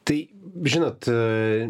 tai žinot